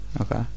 Okay